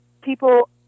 people